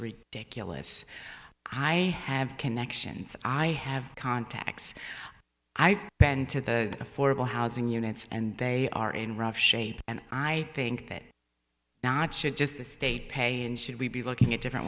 ridiculous i have connections i have contacts i've been to the affordable housing units and they are in rough shape and i think that not should just the state pay and should we be looking at different